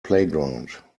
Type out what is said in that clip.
playground